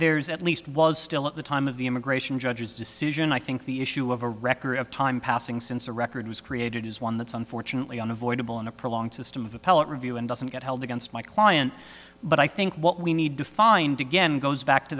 there's at least was still at the time of the immigration judge's decision i think the issue of a record of time passing since a record was created is one that's unfortunately unavoidable in a prolonged system of appellate review and doesn't get held against my client but i think what we need to find again goes back to